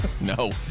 No